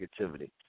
negativity